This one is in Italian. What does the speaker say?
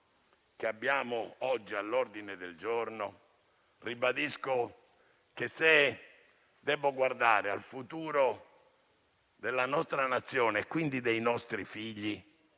sul tema oggi all'ordine del giorno, ribadisco che, se devo guardare al futuro della nostra Nazione e quindi dei nostri figli,